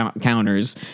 counters